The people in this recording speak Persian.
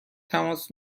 تماس